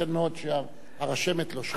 ייתכן מאוד שהרשמת לא שמעה.